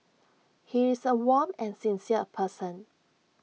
he is A warm and sincere person